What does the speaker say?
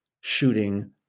shooting